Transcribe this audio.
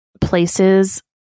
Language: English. places